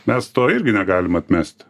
mes to irgi negalim atmest